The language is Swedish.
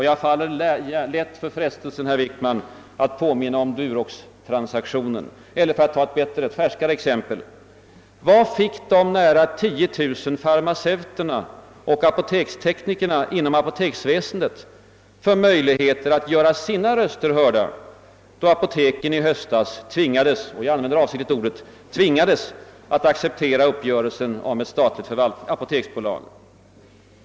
Jag faller lätt för frestelsen att erinra om Duroxtransaktionen. Och för att ta ett färskare exempel: Vad fick de nära 10 000 farmaceuterna och apoteksteknikerna inom apoteksväsendet för möjligheter att göra sina röster hörda, då apoteken i höstas tvingades — jag använder avsiktligt det ordet — att acceptera uppgörelsen om ett statligt apoteksbolag?